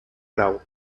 grau